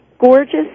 gorgeous